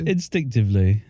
Instinctively